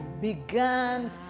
began